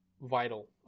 vital